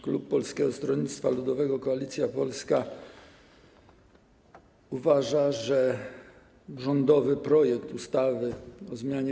Klub Polskie Stronnictwo Ludowe - Koalicja Polska uważa, że rządowy projekt ustawy o zmianie